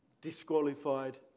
disqualified